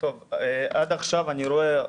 עד עכשיו אני רואה,